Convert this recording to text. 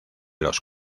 los